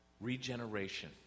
regeneration